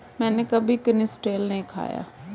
मैंने कभी कनिस्टेल नहीं खाया है